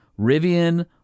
Rivian